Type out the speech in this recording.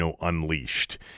unleashed